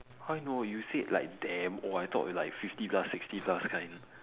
how I know you say like damn old I thought it's like fifty plus sixty plus kind one